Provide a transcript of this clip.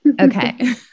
okay